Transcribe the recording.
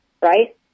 right